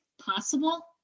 possible